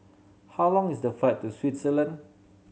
how long is the flight to Switzerland